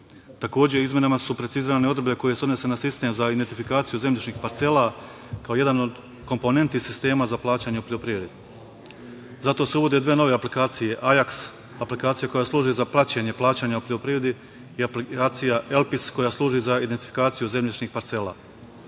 izmenama su precizirane odredbe koje se odnose na sistem za identifikaciju zemljišnih parcela, kao jedan od komponenti sistema za plaćanje u poljoprivredi. Zato se uvode dve nove aplikacije – „Ajaks“, aplikacija koja služi za praćenje plaćanja u poljoprivredi i aplikacija „Elpis“, koja služi za identifikaciju zemljišnih parcela.